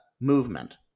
movement